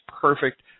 perfect